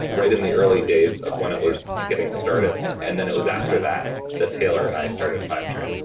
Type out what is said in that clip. right in the early days of when it was getting started. and then it was after that that taylor and i started fivetran.